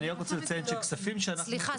אני רק רוצה לציין שהכספים שאנחנו --- סליחה,